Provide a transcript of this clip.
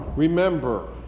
Remember